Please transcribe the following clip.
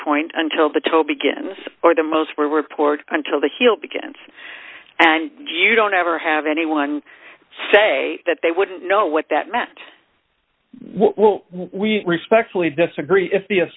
point until the toe begins or the most were reported until the heel begins and you don't ever have anyone say that they wouldn't know what that meant what we respectfully disagree i